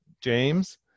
James